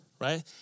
right